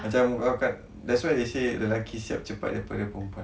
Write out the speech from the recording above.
macam that's why they say lelaki siap cepat daripada perempuan